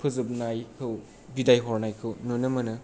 फोजोबनायखौ बिदायहरनायखौ नुनो मोनो